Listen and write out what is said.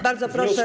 Bardzo proszę.